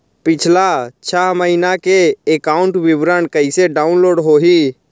पिछला छः महीना के एकाउंट विवरण कइसे डाऊनलोड होही?